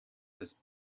this